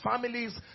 families